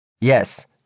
Yes